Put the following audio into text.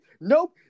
nope